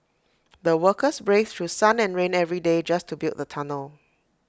the workers braved through sun and rain every day just to build the tunnel